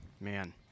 Man